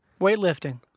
Weightlifting